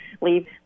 leave